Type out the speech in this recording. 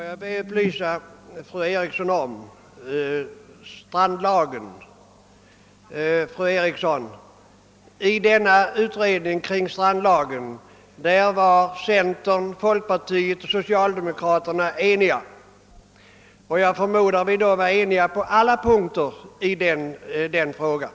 Herr talman! Jag skall be att få upplysa fru Eriksson i Stockholm om strandlagen. I utredningen om denna lag var centern, folkpartiet och socialdemokraterna eniga, och jag förmodar att vi då också var eniga på alla punkter i den frågan.